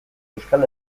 euskal